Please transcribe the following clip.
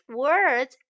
words